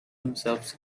themselves